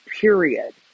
period